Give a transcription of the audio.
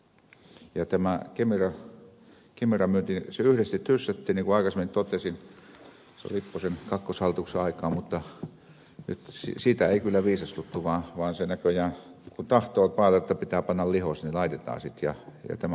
ja tämä kemiran myynti yhdesti tyssättiin niin kuin aikaisemmin totesin silloin lipposen kakkoshallituksen aikaan mutta siitä ei kyllä viisastuttu vaan näköjään kun tahto on päällä jotta pitää panna lihoiksi niin laitetaan sitten ja tämä hallitus sen teki